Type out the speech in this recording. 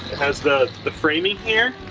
has the the framing here.